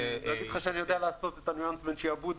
להגיד לך שאני יודע לעשות את הניואנס בין שעבוד,